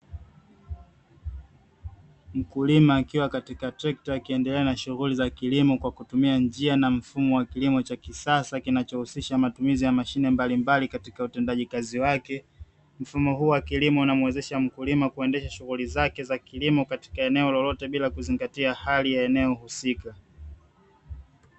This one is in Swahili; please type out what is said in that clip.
Mkulima akiwa katika trekta akiendelea na shughuli za kilimo kwa kutumia njia na mfumo wa kilimo cha kisasa, kinachohusisha matumizi ya mashine mbalimbali katika utendaji kazi wake mfumo huu wa kilimo unamuwezesha mkulima kuendesha shughuli zake za kilimo katika eneo lolote bila kuzingatia hali ya eneo husika.